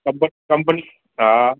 कंप कंपनी हा